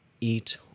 eat